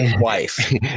wife